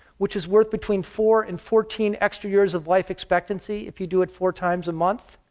which is worth between four and fourteen extra years of life expectancy if you do it four times a month.